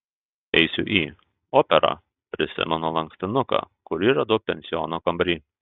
eisiu į operą prisimenu lankstinuką kurį radau pensiono kambary